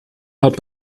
hat